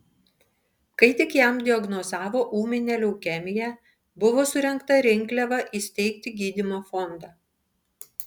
kai tik jam diagnozavo ūminę leukemiją buvo surengta rinkliava įsteigti gydymo fondą